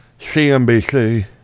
CNBC